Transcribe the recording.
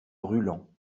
brûlants